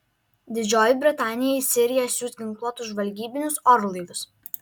didžioji britanija į siriją siųs ginkluotus žvalgybinius orlaivius